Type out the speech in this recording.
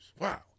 wow